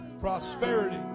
Prosperity